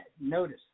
Notice